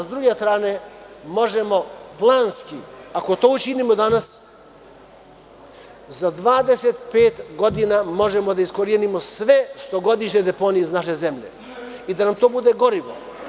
Sa druge strane, planski, ako to učinimo danas za 25 godina možemo da iskorenimo sve stogodišnje deponije iz naše zemlje i da nam to bude gorivo.